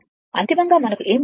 అంతిమంగా మనకు ఏమి వచ్చింది